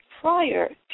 prior